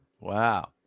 Wow